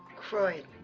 croydon